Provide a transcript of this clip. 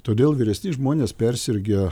todėl vyresni žmonės persirgę